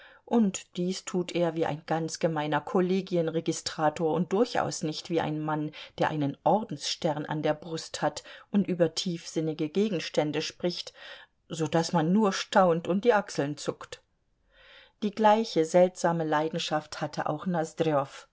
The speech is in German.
und dies tut er wie ein ganz gemeiner kollegienregistrator und durchaus nicht wie ein mann der einen ordensstern an der brust hat und über tiefsinnige gegenstände spricht so daß man nur staunt und die achseln zuckt die gleiche seltsame leidenschaft hatte auch